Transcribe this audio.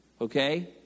okay